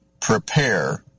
prepare